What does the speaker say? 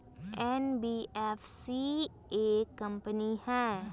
NBFC एक company हई?